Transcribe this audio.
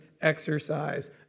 exercise